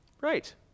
Right